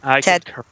Ted